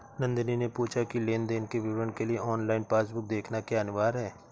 नंदनी ने पूछा की लेन देन के विवरण के लिए ऑनलाइन पासबुक देखना क्या अनिवार्य है?